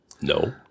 No